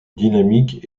dynamique